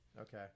Okay